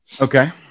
Okay